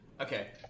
Okay